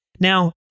Now